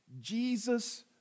Jesus